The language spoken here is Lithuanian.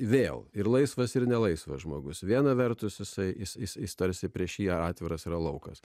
vėl ir laisvas ir nelaisvas žmogus viena vertus visais jis tarsi prieš jį atviras yra laukas